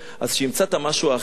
שימצא את המשהו האחר הזה,